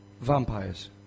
Vampires